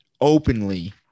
openly